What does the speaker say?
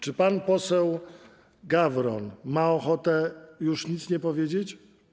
Czy pan poseł Gawron ma ochotę już nic nie powiedzieć?